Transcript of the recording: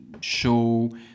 show